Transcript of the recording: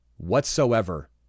Whatsoever